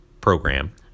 program